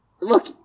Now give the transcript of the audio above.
look